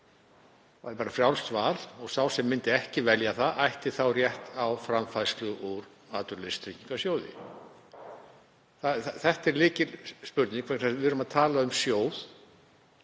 það væri bara frjálst val, og sá sem myndi ekki velja það ætti þá rétt á framfærslu úr Atvinnuleysistryggingasjóði? Þetta er lykilspurning. Við erum að tala um sjóð